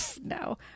no